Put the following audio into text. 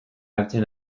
hartzen